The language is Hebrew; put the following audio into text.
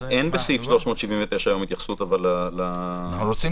אין בסעיף 379 היום התייחסות ל --- אנחנו רוצים